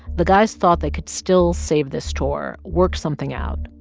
the guys thought they could still save this tour, work something out,